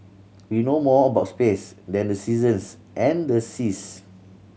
we know more about space than the seasons and the seas